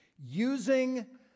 using